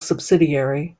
subsidiary